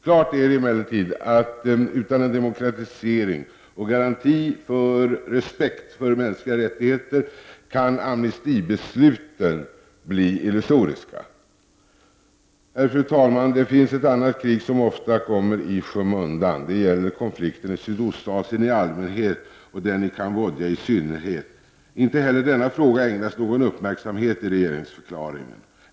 Klart är emellertid att utan en demokratisering och garanti för respekt för mänskliga rättigheter kan amnestibesluten bli illusoriska. Fru talman! Det finns ett annat krig som ofta kommer i skymundan. Det gäller konflikten i Sydostasien i allmänhet och den i Cambodja i synnerhet. Inte heller denna fråga ägnas någon uppmärksamhet i regeringsförklaringen.